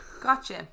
gotcha